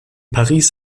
paris